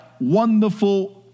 wonderful